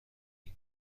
این